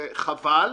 חבל.